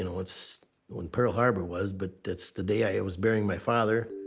you know that's when pearl harbor was, but that's the day i was burying my father,